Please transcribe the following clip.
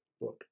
book